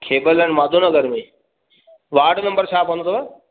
खेबर line Madhav Nagar में ward number छा पवंदो अथव